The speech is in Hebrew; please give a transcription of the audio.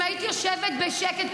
אם היית יושבת בשקט,